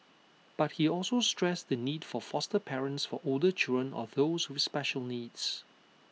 but he also stressed the need for foster parents for older children or those with special needs